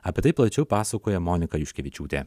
apie tai plačiau pasakoja monika juškevičiūtė